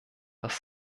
dass